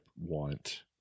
want